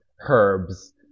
herbs